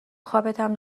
خوابتم